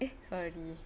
eh sorry